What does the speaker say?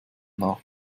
nach